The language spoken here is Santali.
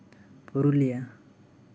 ᱯᱩᱨᱩᱞᱤᱭᱟ